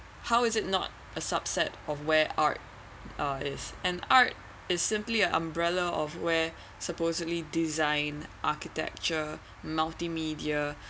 how is it not a subset of where art uh is and art is simply a umbrella of where supposedly design architecture multi media